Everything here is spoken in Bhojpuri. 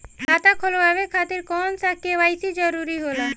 खाता खोलवाये खातिर कौन सा के.वाइ.सी जरूरी होला?